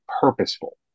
purposeful